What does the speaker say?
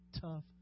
tough